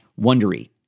wondery